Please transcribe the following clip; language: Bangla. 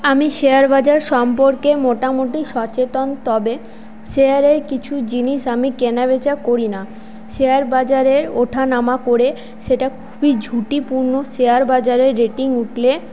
আমি শেয়ার বাজার সম্পর্কে মোটামুটি সচেতন তবে শেয়ারের কিছু জিনিস আমি কেনাবেচা করিনা শেয়ার বাজারের ওঠানামা করে সেটা খুবই ঝুঁকিপূর্ণ শেয়ার বাজারের রেটিং উঠলে